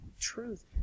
truth